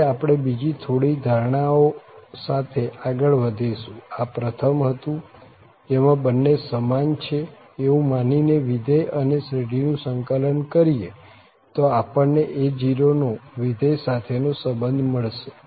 હવે આપણે બીજી થોડી ધારણા ઓ સાથે આગળ વધીશું આ પ્રથમ હતું જેમાં બન્ને સમાન છે એવું માની ને વિધેય અને શ્રેઢીનું સંકલન કરીએ તો આપણ ને a0 નો વિધેય સાથે સંબંધ મળશે